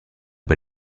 bas